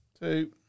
Two